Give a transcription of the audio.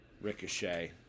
Ricochet